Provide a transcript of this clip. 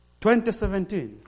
2017